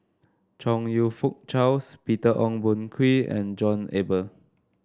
Chong You Fook Charles Peter Ong Boon Kwee and John Eber